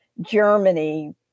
Germany